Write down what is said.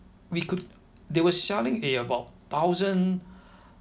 we could they were selling at about thousand